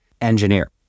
engineer